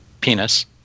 penis